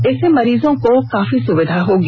इससे मरीजों को काफी सुविधा होगी